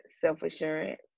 self-assurance